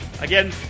Again